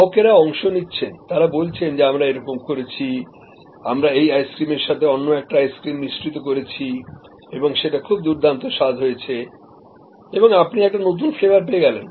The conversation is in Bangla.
গ্রাহকেরা অংশ নিচ্ছেন তারা বলছেন যে আমরা এরকম করেছি আমরা এই আইসক্রিমের সঙ্গে অন্য একটা আইসক্রিম মিশ্রিত করেছি এবং সেটা খুব দুর্দান্ত স্বাদ হয়েছে এবং আপনি একটা নতুন ফ্লেভার পেয়ে গেলেন